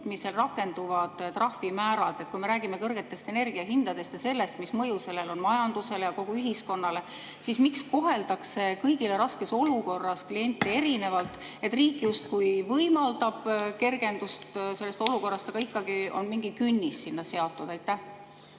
rakenduvad trahvimäärad? Kui me räägime kõrgetest energiahindadest ja sellest, mis mõju sellel on majandusele ja kogu ühiskonnale, siis miks koheldakse raskes olukorras olevaid kliente erinevalt? Riik justkui võimaldab kergendust selles olukorras, aga ikkagi on sinna mingi künnis seatud. Aitäh,